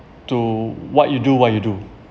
to what you do what you do